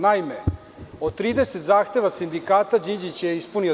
Naime, od 30 zahteva sindikata, Đinđić je ispunio 29.